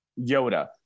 Yoda